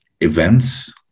events